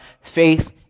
faith